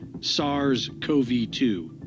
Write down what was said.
SARS-CoV-2